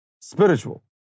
Spiritual